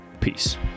Peace